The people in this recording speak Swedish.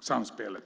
samspelet.